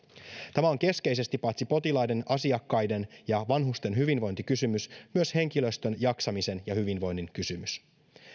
tämä on keskeisesti paitsi potilaiden asiakkaiden ja vanhusten hyvinvointikysymys myös henkilöstön jaksamisen ja hyvinvoinnin kysymys